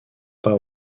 pas